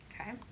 Okay